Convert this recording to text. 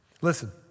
Listen